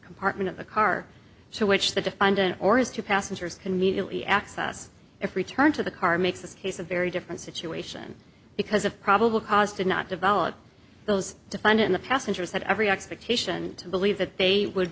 compartment of the car to which the defendant or his two passengers can mediately access if returned to the car makes this case a very different situation because of probable cause did not develop those defined in the passengers had every expectation to believe that they would